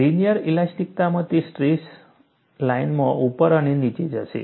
linear ઇલાસ્ટિકતામાં તે straight લાઇનમાં ઉપર અને નીચે જશે